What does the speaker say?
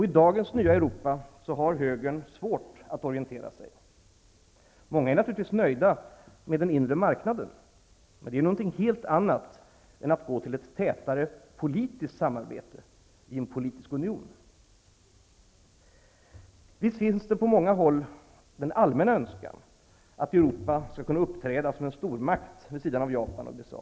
I dagens nya Europa har högern svårt att orientera sig. Många är naturligtvis nöjda med den inre marknaden, men det är ju någonting helt annat än att gå till ett tätare politiskt samarbete i en politisk union. Visst finns det på många håll en allmän önskan att Europa skall kunna uppträda som en stormakt vid sidan av Japan och USA.